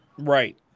right